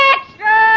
Extra